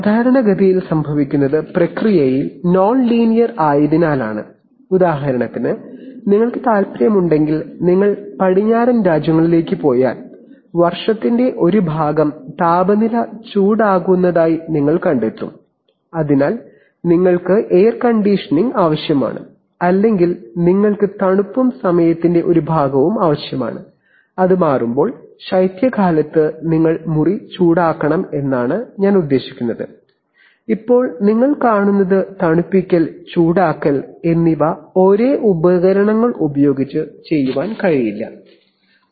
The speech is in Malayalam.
സാധാരണഗതിയിൽ സംഭവിക്കുന്നത് പ്രക്രിയകൾ non ലീനിയർ ആയതിനാലാണ് ഉദാഹരണത്തിന് നിങ്ങൾക്ക് താൽപ്പര്യമുണ്ടെങ്കിൽ നിങ്ങൾ പടിഞ്ഞാറൻ രാജ്യങ്ങളിലേക്ക് പോയാൽ വർഷത്തിന്റെ ഒരു ഭാഗം താപനില ചൂടാകുന്നതായി നിങ്ങൾ കണ്ടെത്തും അതിനാൽ നിങ്ങൾക്ക് എയർ കണ്ടീഷനിംഗ് ആവശ്യമാണ് അല്ലെങ്കിൽ നിങ്ങൾക്ക് തണുപ്പും സമയത്തിന്റെ ഒരു ഭാഗവും ആവശ്യമാണ് അത് മാറുമ്പോൾ ശൈത്യകാലത്ത് നിങ്ങൾ മുറി ചൂടാക്കണം എന്നാണ് ഞാൻ ഉദ്ദേശിക്കുന്നത് ഇപ്പോൾ നമുക്ക് കാണാം തണുപ്പിക്കൽ ചൂടാക്കൽ എന്നിവ ഒരേ ഉപകരണങ്ങൾ ഉപയോഗിച്ച് ചെയ്യാൻ കഴിയില്ല എന്ന വസ്തുത